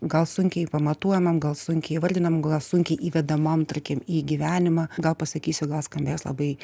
gal sunkiai pamatuojamam gal sunkiai įvardinamam gal sunkiai įvedamam tarkim į gyvenimą gal pasakysiu gal skambės labai